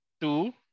two